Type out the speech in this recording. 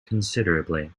considerably